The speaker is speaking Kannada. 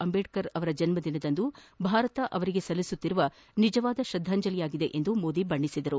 ಅಂಬೇಡ್ನರ್ ಅವರ ಜನ್ನ ದಿನದಂದು ಭಾರತ ಅವರಿಗೆ ಸಲ್ಲಿಸುತ್ತಿರುವ ನಿಜವಾದ ತ್ರದ್ವಾಂಜಲಿಯಾಗಿದೆ ಎಂದು ಮೋದಿ ಬಣ್ಣೆಸಿದರು